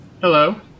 Hello